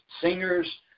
singers